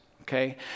okay